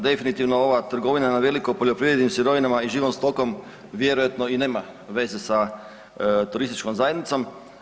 Definitivno ova trgovina na veliko poljoprivrednim sirovinama i živom stokom vjerojatno i nema veze sa turističkom zajednicom.